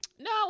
No